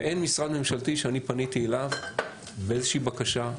אין משרד ממשלתי שפניתי אליו באיזושהי בקשה,